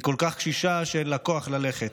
היא כל כך קשישה שאין לה כוח ללכת.